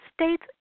States